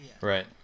Right